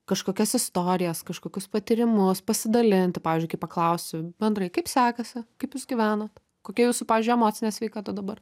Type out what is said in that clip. kažkokias istorijas kažkokius patyrimus pasidalinti pavyzdžiui kai paklausiu bendrai kaip sekasi kaip jūs gyvenat kokia jūsų pavyzdžiui emocinė sveikata dabar